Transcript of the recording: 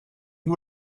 you